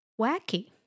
wacky